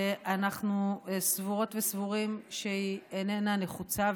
אנחנו סבורות וסבורים שהיא איננה נחוצה,